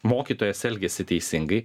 mokytojas elgiasi teisingai